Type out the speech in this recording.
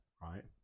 right